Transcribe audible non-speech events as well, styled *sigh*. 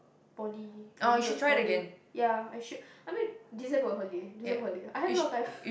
Poly earlier poly ya I should I mean December holiday December holiday I have a lot of time *laughs*